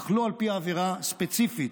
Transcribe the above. אך לא העבירה הספציפית.